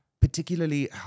particularly